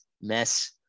mess